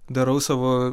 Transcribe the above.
darau savo